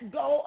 go